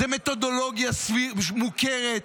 זו מתודולוגיה מוכרת.